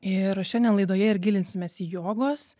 ir šiandien laidoje ir gilinsimės į jogos